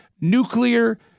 nuclear